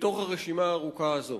בתוך הרשימה הארוכה הזאת.